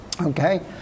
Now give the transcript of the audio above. Okay